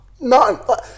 no